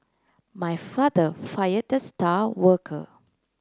my father fire the star worker